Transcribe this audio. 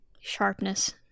sharpness